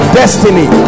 destiny